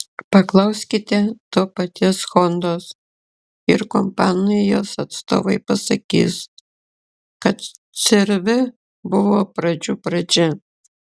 paklauskite to paties hondos ir kompanijos atstovai pasakys kad cr v buvo pradžių pradžia